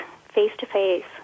face-to-face